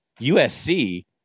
USC